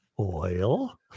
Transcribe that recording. Oil